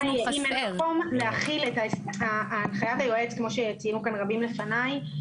אנחנו מתחילים דיון שני בהצעת חוק לתיקון פקודת העיריות (מס' 149)(חברות